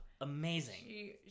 Amazing